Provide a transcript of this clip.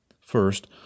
first